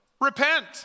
repent